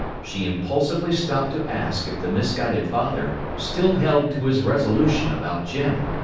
she impulsively stopped to ask if the misguided father still held to his resolution about jim.